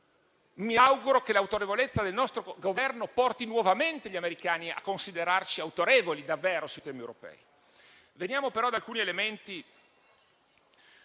Mi auguro che l'autorevolezza del nostro Governo porti nuovamente gli americani a considerarci veramente autorevoli sui temi europei. Ma veniamo ad altri elementi.